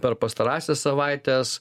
per pastarąsias savaites